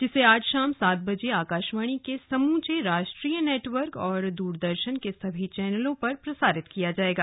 जिसे आज शाम सात बजे आकाशवाणी के समूचे राष्ट्रीय नेटवर्क और दूरदर्शन के सभी चैनलों पर प्रसारित किया जाएगा